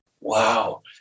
wow